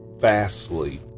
fastly